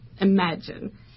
imagine